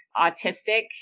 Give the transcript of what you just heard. autistic